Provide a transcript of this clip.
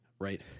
Right